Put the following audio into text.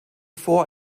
vor